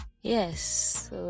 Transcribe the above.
Yes